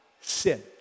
sin